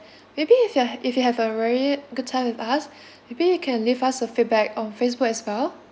maybe if h~ if you have a very good time with us maybe you can leave us a feedback on Facebook as well